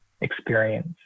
experience